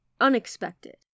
unexpected